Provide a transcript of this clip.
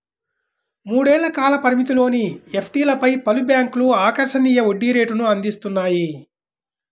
మూడేళ్ల కాల పరిమితిలోని ఎఫ్డీలపై పలు బ్యాంక్లు ఆకర్షణీయ వడ్డీ రేటును అందిస్తున్నాయి